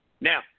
now